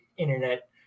Internet